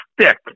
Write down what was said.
Stick